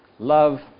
love